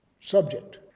subject